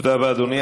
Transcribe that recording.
תודה רבה, אדוני.